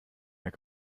mehr